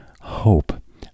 hope